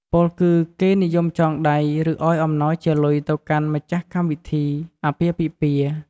ពោលគឺ គេនិយមចងដៃ ឬ ឱ្យអំណោយជាលុយទៅកាន់ម្ចាស់កម្មវិធីអាពាហ៍ពិពាហ៍។